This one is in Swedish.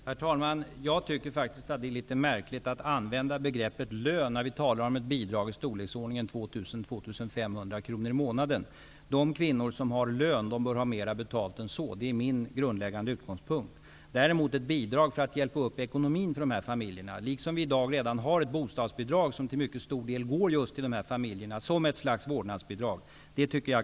Herr talman! Jag tycker faktiskt att det är litet märkligt att använda begreppet lön när vi talar om ett bidrag i storleksordningen 2 000--2 500 kronor i månaden. De kvinnor som har lön bör ha mera betalt än så. Det är min grundläggande utgångspunkt. Däremot kan det vara mycket rimligt med ett bidrag för att hjälpa upp ekonomin för dessa familjer, liksom vi i dag redan har ett bostadsbidrag som till mycket stor del går just till dessa familjer som ett slags vårdnadsbidrag.